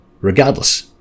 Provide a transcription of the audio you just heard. Regardless